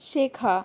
শেখা